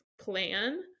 plan